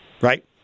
right